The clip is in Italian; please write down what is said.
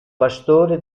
pastore